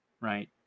right